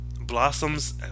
Blossoms